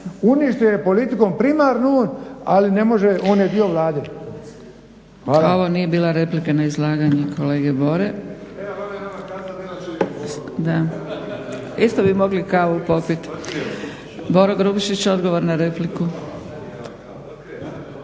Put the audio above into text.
Uništio je politikom primarno on ali ne može onaj dio Vlade.